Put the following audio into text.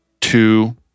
two